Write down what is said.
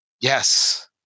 Yes